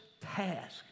task